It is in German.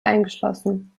eingeschlossen